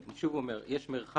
אני שוב אומר, יש מרחק